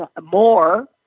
more